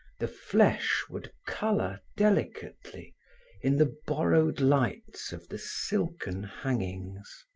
the flesh would color delicately in the borrowed lights of the silken hangings.